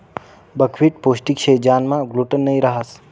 buckwheat पोष्टिक शे ज्यानामा ग्लूटेन नयी रहास